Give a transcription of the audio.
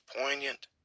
poignant